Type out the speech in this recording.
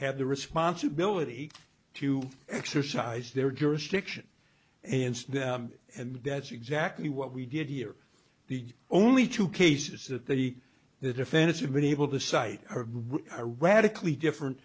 have the responsibility to exercise their jurisdiction and and that's exactly what we did here the only two cases that the the defense has been able to cite a radically different